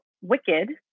Wicked